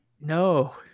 no